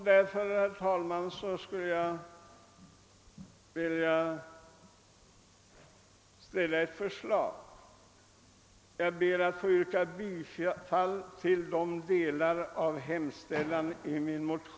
Jag vet att talmannen har många intressen knutna till naturvården, t.ex. när det gäller Kilsbergen.